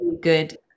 good